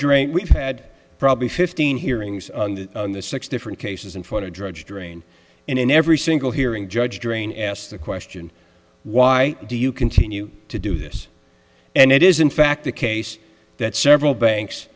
judged we've had probably fifteen hearings in the six different cases and four to dredge drain in every single hearing judge drain asked the question why do you continue to do this and it is in fact the case that several banks